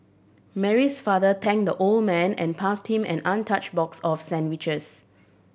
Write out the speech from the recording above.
Mary's father thanked the old man and passed him an untouched box of sandwiches